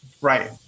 Right